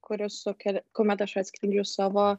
kuri sukel kuomet aš atskleidžiu savo